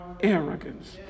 arrogance